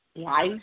Life